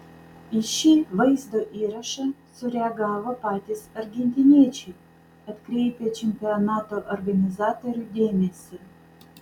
į šį vaizdo įrašą sureagavo patys argentiniečiai atkreipę čempionato organizatorių dėmesį